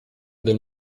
del